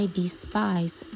despise